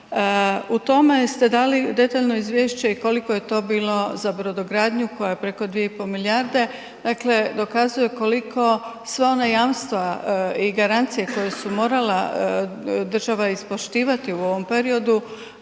U tome ste dali detaljno izvješće koliko je to bilo za brodogradnju koja je preko 2,5 milijarde, dakle dokazuje koliko sva ona jamstva i garancije koja su morala država ispoštivati u ovom periodu,